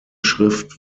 schrift